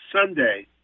Sunday